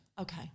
Okay